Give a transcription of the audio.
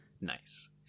Nice